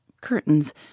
curtains